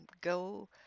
go